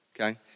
okay